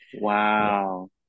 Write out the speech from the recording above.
wow